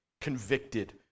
convicted